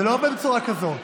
זה לא עובד בצורה כזאת.